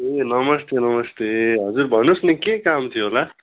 ए नमस्ते नमस्ते हजुर भन्नुहोस् न के काम थियो होला